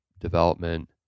development